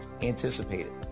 anticipated